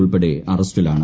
ഉൾപ്പെടെ അറസ്റ്റിലാണ്